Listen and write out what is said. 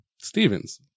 Stevens